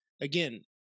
again